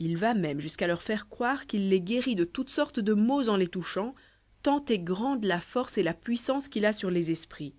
il va même jusqu'à leur faire croire qu'il les guérit de toutes sortes de maux en les touchant tant est grande la force et la puissance qu'il a sur les esprits